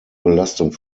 belastung